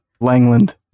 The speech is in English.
Langland